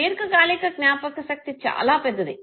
దీర్ఘ కాలిక జ్ఞాపక శక్తి చాలా పెద్దది